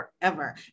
forever